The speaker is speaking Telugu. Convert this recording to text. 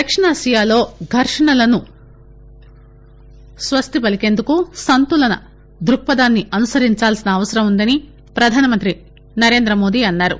దక్షిణాసియాలో ఘర్షణలను స్వస్తిపలికేందుకు సంతులన దుక్పథాన్ని అనుసరించాల్సిన అవసరం ఉందని పధానమంతి నరేందమోదీ అన్నారు